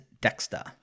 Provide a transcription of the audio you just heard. Dexter